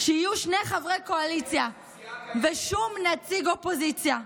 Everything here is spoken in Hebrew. שיהיו שני חברי קואליציה ושום נציג אופוזיציה.